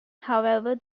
however